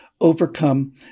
overcome